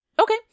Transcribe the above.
Okay